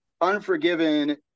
Unforgiven